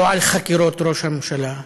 לא על חקירות ראש הממשלה,